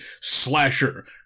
Slasher